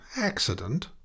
accident